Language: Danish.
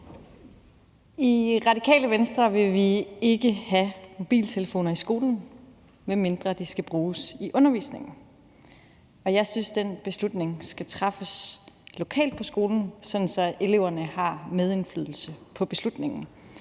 I Radikale Venstre vil vi ikke have mobiltelefoner i skolen, medmindre de skal bruges i undervisningen. Jeg synes, at den beslutning skal træffes lokalt på skolen, sådan at eleverne har medindflydelse på beslutningen.